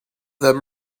them